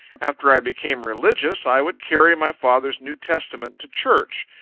after i became religious, i would carry my father's new testament to church,